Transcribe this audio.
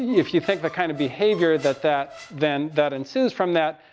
if you think the kind of behavior that, that, then, that ensues from that.